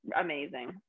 amazing